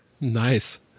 nice